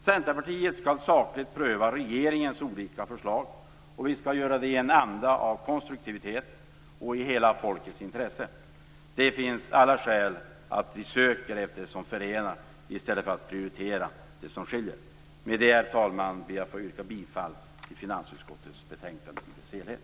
Centerpartiet skall sakligt pröva regeringens olika förslag, och vi skall göra det i en anda av konstruktivitet och i hela folkets intresse. Det finns alla skäl för oss att söka efter det som förenar i stället för att prioritera det som skiljer. Med detta, herr talman, ber jag att få yrka bifall till utskottets hemställan i finansutskottets betänkande i dess helhet.